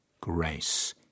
grace